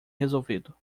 resolvido